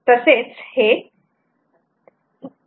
तसेच हे 2